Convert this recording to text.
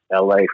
LA